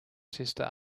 sister